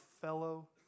fellow